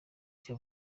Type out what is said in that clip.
cya